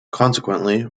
consequently